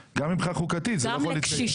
מבחינה חוקתית זה לא יכול --- גם לקשישים.